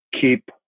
keep